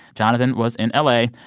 jonathan was in la.